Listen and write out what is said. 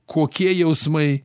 kokie jausmai